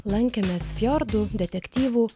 lankėmės fiordų detektyvų